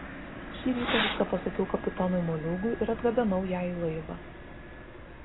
šį rytą viską pasakiau kapitonui moliūgui ir atgabenau ją į laivą